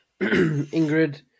Ingrid